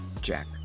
Jack